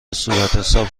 صورتحساب